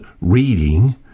reading